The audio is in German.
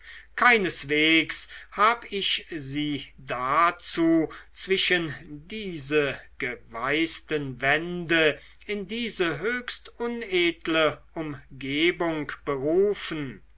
keineswegs hab ich sie dazu zwischen diese geweißten wände in diese höchst unedle umgebung berufen